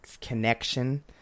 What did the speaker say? connection